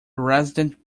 resident